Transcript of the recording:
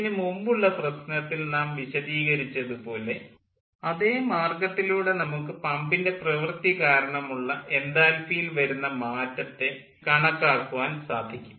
ഇതിന് മുമ്പുള്ള പ്രശ്നത്തിൽ ഞാൻ വിശദീകരിച്ചതുപോലെ അതേ മാർഗ്ഗത്തിലൂടെ നമുക്ക് പമ്പിൻ്റെ പ്രവൃത്തി കാരണമുള്ള എൻതാൽപ്പിയിൽ വരുന്ന മാറ്റത്തെ എന്നതിനെ കണക്കാക്കുവാൻ സാധിക്കും